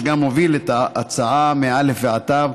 שגם הוביל את ההצעה מאל"ף ועד תי"ו,